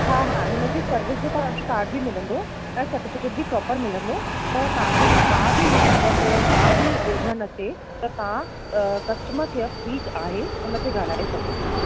हा हा हिनजी सर्विस जो तव्हांखे काड बि मिलंदो ऐं सर्टिफिकेट बि प्रॉपर मिलंदो त तव्हांखे का बि मुसीबत का बि उल्झनि अचे त तव्हां कस्टमर केयर फ्री आहे हुन ते ॻाल्हाए सघो था